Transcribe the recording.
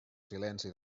silenci